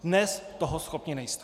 Dnes toho schopni nejste.